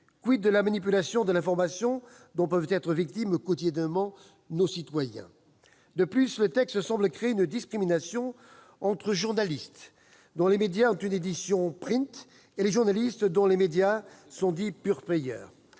élus. de la manipulation de l'information dont peuvent être victimes quotidiennement nos concitoyens ? De plus, le texte semble créer une discrimination entre les journalistes dont les médias ont une édition « print » et les journalistes dont les médias sont dits « pure player ».